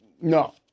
No